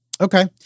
Okay